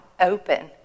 open